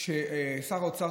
ששר האוצר,